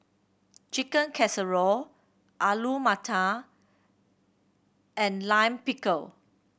Chicken Casserole Alu Matar and Lime Pickle